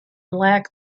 lack